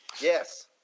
Yes